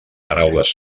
paraules